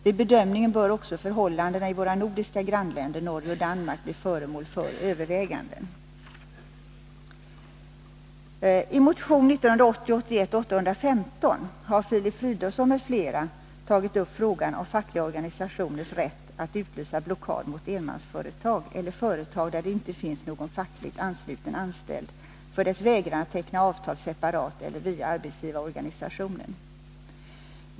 Vid bedömingen bör också förhållandena i våra nordiska grannländer Norge och Danmark bli föremål för överväganden.